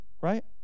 Right